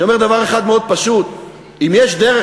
אני אומר דבר אחד מאוד פשוט: אם יש דרך